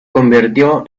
convirtió